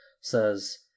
says